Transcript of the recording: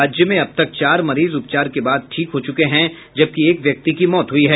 राज्य में अब तक चार मरीज उपचार के बाद ठीक हो चुके हैं जबकि एक व्यक्ति की मौत हुई है